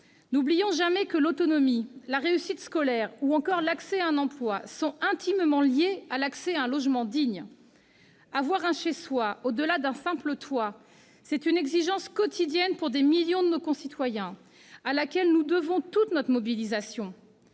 N'oublions jamais que l'autonomie, la réussite scolaire ou encore l'accès à un emploi sont intimement liés à l'accès à un logement digne. Avoir un chez-soi, au-delà d'un simple toit, c'est une exigence quotidienne pour des millions de nos concitoyens ; y répondre requiert notre mobilisation